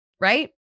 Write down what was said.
right